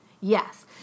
Yes